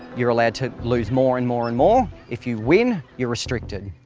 you're allowed to lose more and more and more. if you win, you're restricted.